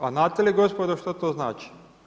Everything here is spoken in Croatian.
A znate li gospodo što to znači?